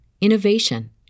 innovation